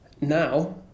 now